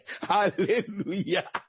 Hallelujah